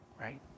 Right